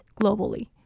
globally